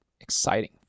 exciting